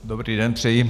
Dobrý den přeji.